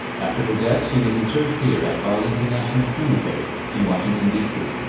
after her death she was interred here at arlington national cemetery in washington dc.